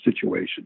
situation